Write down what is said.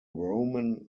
roman